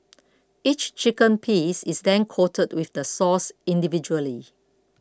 each chicken piece is then coated with the sauce individually